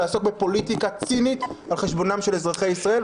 לעסוק בפוליטיקה צינית על חשבונם של אזרחי ישראל.